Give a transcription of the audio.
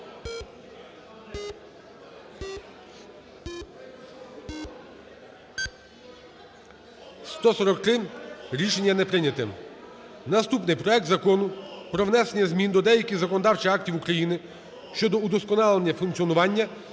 143. Рішення не прийняте. Наступний – проект Закону про внесення змін до деяких законодавчих актів України щодо удосконалення функціонування